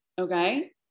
Okay